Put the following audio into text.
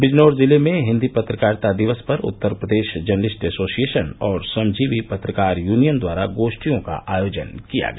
बिजनौर जिले में हिन्दी पत्रकारिता दिवस पर उत्तर प्रदेश जर्नलिस्ट एसोसिएशन और श्रमजीवी पत्रकार यूनियन द्वारा गोष्ठियों का आयोजन किया गया